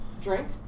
drink